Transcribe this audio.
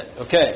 Okay